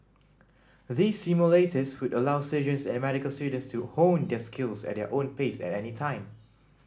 these simulators would allow surgeons and medical students to hone their skills at their own pace at any time